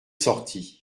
sortit